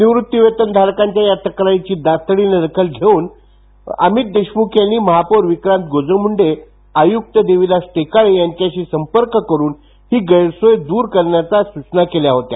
निवृत्तीवेतन धारकांच्या या तक्रारींची तातडीनं दखल घेऊन देशमुख यांनी महापौर विक्रांत गोजमगुंडे आणि आयुक्त टेकाळे यांच्याशी संपर्क करून ही गैरसोय दूर करण्याच्या सूचना केल्या होत्या